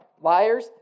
liars